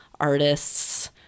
artists